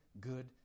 good